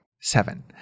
Seven